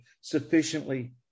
sufficiently